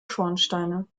schornsteine